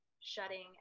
shutting